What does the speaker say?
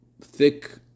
thick